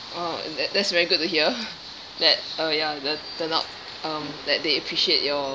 !wow! that that's very good to hear that oh ya the turn out um that they appreciate your